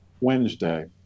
wednesday